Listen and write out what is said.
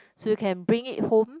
so you can bring it home